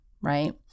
right